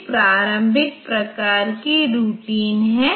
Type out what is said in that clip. इसके पास अभी भी मान1 है